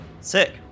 Sick